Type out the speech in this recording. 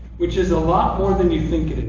which is a lot more than you think it